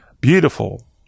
beautiful